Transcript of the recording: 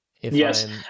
Yes